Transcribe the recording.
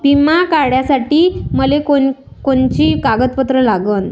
बिमा काढासाठी मले कोनची कोनची कागदपत्र लागन?